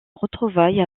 retrouvailles